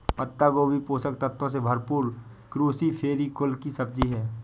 पत्ता गोभी पोषक तत्वों से भरपूर क्रूसीफेरी कुल की सब्जी है